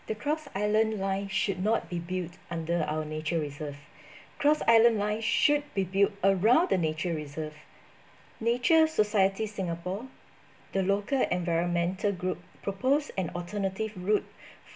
the cross island line should not be built under our nature reserve cross island line should be built around the nature reserve nature society singapore the local environmental group proposed an alternative route